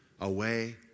away